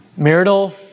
Marital